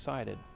excited.